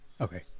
Okay